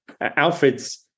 Alfred's